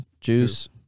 Juice